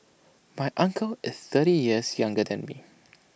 my uncle is thirty years younger than me